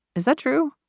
is that true?